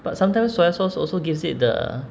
but sometimes soy sauce also gives it the